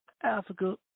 Africa